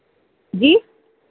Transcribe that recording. जी